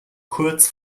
kurz